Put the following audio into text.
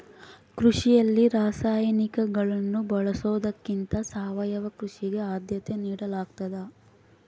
ಕೃಷಿಯಲ್ಲಿ ರಾಸಾಯನಿಕಗಳನ್ನು ಬಳಸೊದಕ್ಕಿಂತ ಸಾವಯವ ಕೃಷಿಗೆ ಆದ್ಯತೆ ನೇಡಲಾಗ್ತದ